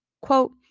quote